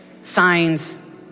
signs